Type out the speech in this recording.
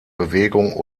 bewegung